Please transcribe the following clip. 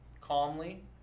calmly